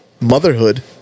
motherhood